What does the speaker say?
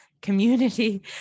community